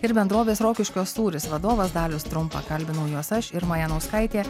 ir bendrovės rokiškio sūris vadovas dalius trumpa kalbinau juos aš irma janauskaitė